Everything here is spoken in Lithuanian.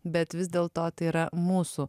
bet vis dėl to tai yra mūsų